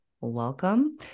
welcome